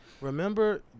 Remember